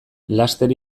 laster